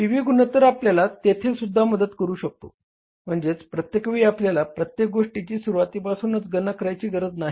P V गुणोत्तर आपल्याला तेथेसुद्दा मदत करू शकतो म्हणजे प्रत्येक वेळी आपल्याला प्रत्येक गोष्टीची सुरुवातीपासून गणना करण्याची गरज नाही